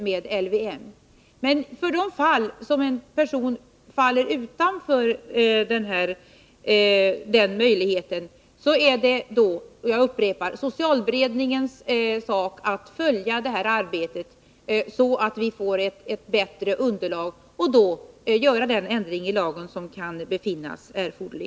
Men då en person faller utanför den möjligheten, är det — jag upprepar det — socialberedningens sak att följa utvecklingen så att vi får ett bättre underlag, och att eventuellt göra den ändring i lagen som kan befinnas erforderlig.